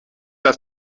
das